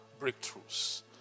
breakthroughs